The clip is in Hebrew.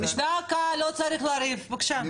זה השתלשלות הדברים לפני שהגיעו להחלטה.